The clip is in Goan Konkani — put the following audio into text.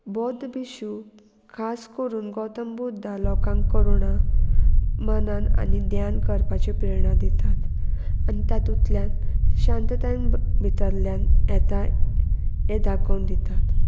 बौध बिशू खास करून गौतम बुद्दा लोकांक करुणां मनान आनी ध्यान करपाची प्रेरणा दितात आनी तातूंतल्यान शांततायेन भितरल्यान येता हें दाखोवन दितात